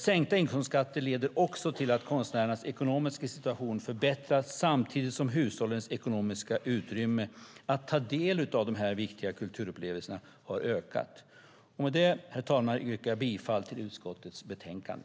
Sänkta inkomstskatter leder också till att konstnärernas ekonomiska situation förbättras, samtidigt som hushållens ekonomiska utrymme att ta del av viktiga kulturupplevelser ökar. Med det, herr talman, yrkar jag bifall till förslaget i utskottets betänkande.